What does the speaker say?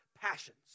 passions